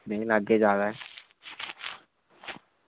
नेईं लागे जादै